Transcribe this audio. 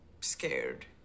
scared